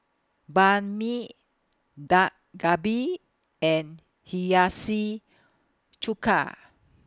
Banh MI Dak Galbi and Hiyashi Chuka